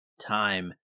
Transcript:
time